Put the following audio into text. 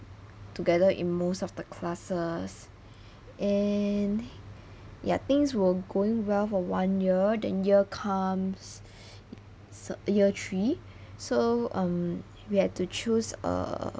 together in most of the classes and ya things were going well for one year then year comes se~ year three so um we had to choose err